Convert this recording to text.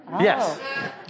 Yes